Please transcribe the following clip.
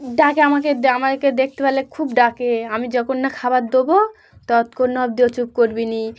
ডাকে আমাকে আমাকে দেখতে পেলে খুব ডাকে আমি যখন না খাবার দেবো ততক্ষণ অব্দি ও চুপ করবে না